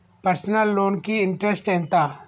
Personal loan కి interest ఎంత?